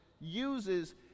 uses